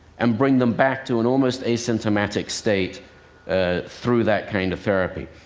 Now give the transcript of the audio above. and bring them back to an almost asymptomatic state ah through that kind of therapy.